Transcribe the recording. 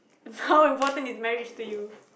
how important is marriage to you